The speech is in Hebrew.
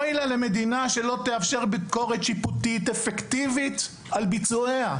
אוי לה למדינה שלא תאפשר ביקורת שיפוטית אפקטיבית על ביצועיה.